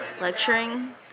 lecturing